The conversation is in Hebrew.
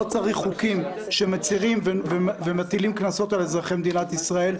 לא צריך חוקים שמצרים ומטילים קנסות על אזרחי מדינת ישראל.